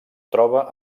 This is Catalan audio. troba